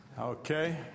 Okay